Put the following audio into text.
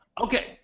Okay